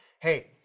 hey